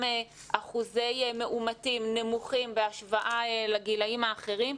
אחוזי מאומתים נמוכים בהשוואה לגילאים אחרים.